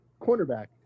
Cornerback